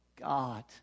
God